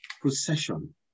procession